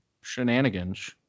shenanigans